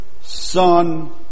Son